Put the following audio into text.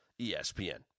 ESPN